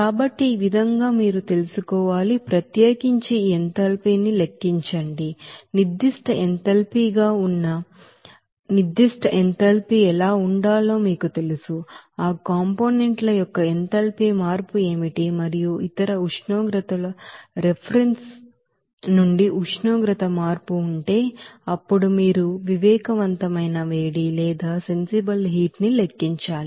కాబట్టి ఈ విధంగా మీరు తెలుసుకోవాలి ప్రత్యేకించి ఈ ఎంథాల్పీని లెక్కించండి నిర్దిష్ట ఎంథాల్పీ గా ఉన్న నిర్దిష్ట ఎంథాల్పీ ఎలా ఉండాలో మీకు తెలుసు ఆ కాంపోనెంట్ ల యొక్క ఎంథాల్పీ మార్పు ఏమిటి మరియు ఇతర ఉష్ణోగ్రతకు రిఫరెన్స్ నుండి ఉష్ణోగ్రత మార్పు ఉంటే అప్పుడు మీరు సెన్సిబిల్ హీట్ ని లెక్కించాలి